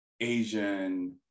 Asian